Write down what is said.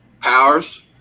Powers